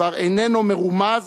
כבר איננו מרומז,